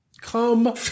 Come